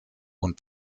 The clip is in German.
und